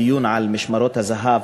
בדיון על משמרות הזה"ב,